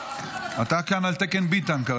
אתה כאן על תקן ביטן.